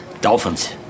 Dolphins